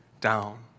down